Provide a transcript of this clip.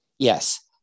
Yes